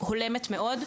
הולמת מאוד,